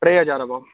टे हज़ार भाउ